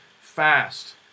fast